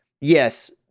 yes